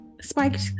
Spiked